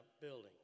building